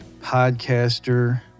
podcaster